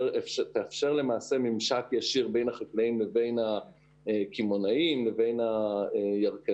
שתאפשר למעשה ממשק ישיר בין החקלאים לבין הקמעונאים לבין הירקנים.